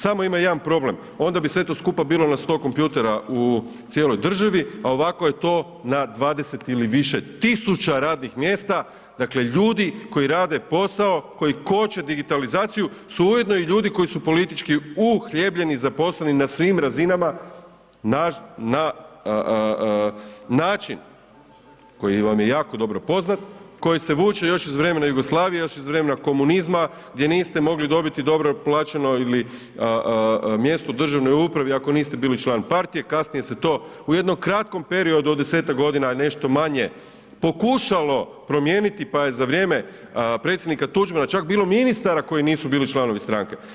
Samo ima jedan problem onda bi sve to skupa bilo na 100 kompjutera u cijeloj državi, a ovako je to na 20 ili više tisuća radnih mjesta, dakle ljudi koji rade posao, koji koče digitalizaciju su ujedno i ljudi koji su politički uhljebljeni, zaposleni na svim razinama na način koji vam je jako dobro poznat, koji se vuče još iz vremena Jugoslavije, još iz vremena komunizma, gdje niste mogli dobiti dobro plaćeno ili mjesto u državnoj upravi ako niste bili član partije, kasnije se to u jednom kratkom periodu od 10 godina, nešto manje pokušalo promijeniti pa je za vrijeme predsjednika Tuđmana čak bilo ministara koji nisu bili članovi stranke.